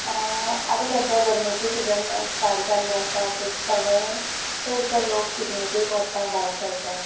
आतां सद्याक गर्मेचे सिजन स्टार्ट जाल्लो आसा सो सगळे चडशे लोक पिकनिकेक वचपाक भायर सरतात